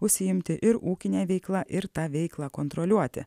užsiimti ir ūkine veikla ir tą veiklą kontroliuoti